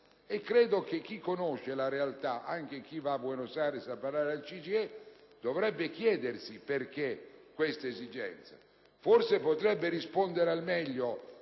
italiana. Chi conosce quella realtà, anche chi va a Buenos Aires a parlare al CGIE, dovrebbe chiedersi il perché questa esigenza. Forse potrebbe rispondere al meglio